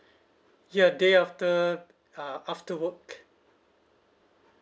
ya day after uh after work